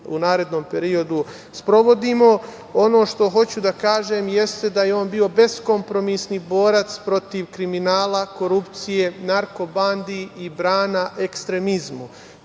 u narednom periodu sprovodimo. Ono što hoću da kažem jeste da je on bio beskompromisni borac protiv kriminala, korupcije, narko bandi i brana ekstremizmu.